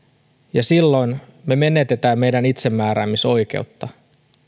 ja silloin me menetämme meidän itsemääräämisoikeutta